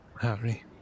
Harry